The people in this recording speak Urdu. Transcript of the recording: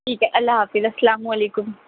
ٹھیک ہے اللہ حافظ السلام علیکم